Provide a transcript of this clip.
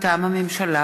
ראשונה, מטעם הממשלה: